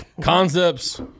Concepts